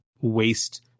waste